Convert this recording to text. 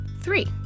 Three